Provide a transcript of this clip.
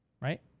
right